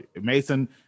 Mason